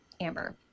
Amber